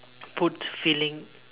puts filling